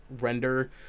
render